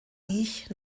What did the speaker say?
riech